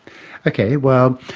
okay, well,